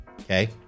okay